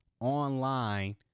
online